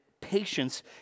patience